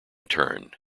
turn